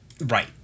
right